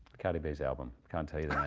cardi b's album, can't tell you that.